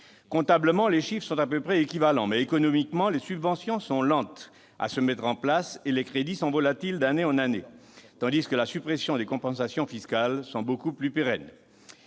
comptable, les chiffres sont à peu près équivalents, mais, économiquement, les subventions sont lentes à se mettre en place et les crédits sont volatiles d'année en année, alors que les suppressions de compensations fiscales sont pérennes